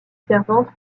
servante